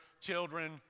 children